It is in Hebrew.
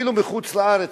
אפילו מחוץ-לארץ,